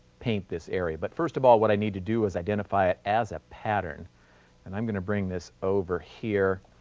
paint this area. but first of all what i need to do is identify it as a pattern and i'm going to bring this over here.